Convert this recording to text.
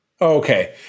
Okay